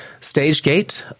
StageGate